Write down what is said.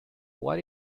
what